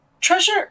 treasure